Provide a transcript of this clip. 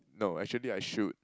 no actually I should